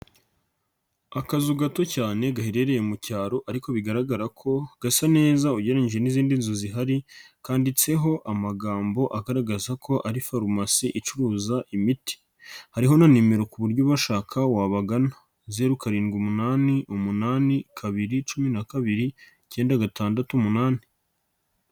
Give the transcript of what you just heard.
Akazu gato cyane gaherereye mu cyaro ariko bigaragara ko gasa neza ugereranyije n'izindi nzu zihari kanditseho amagambo agaragaza ko ari farumasi icuruza imiti, hariho na nimero ku buryo ubashaka wabagana, zeru, karindwi, umunani, umunani, kabiri, cumi na kabiri, icyenda, gatandatu, umunani.